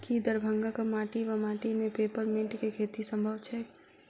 की दरभंगाक माटि वा माटि मे पेपर मिंट केँ खेती सम्भव छैक?